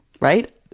Right